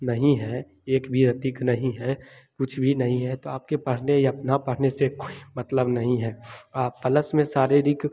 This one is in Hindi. नहीं है एक भी व्यक्ति नहीं है कुछ भी नहीं है तो आपके पढ़ने या ना पढ़ने से कुछ मतलब नहीं है आ पलस शारीरक में